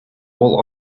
all